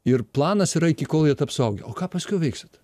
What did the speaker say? ir planas yra iki kol jie taps suaugę o ką paskiau veiksit